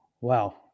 Wow